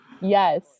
yes